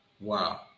Wow